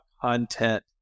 content